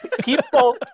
People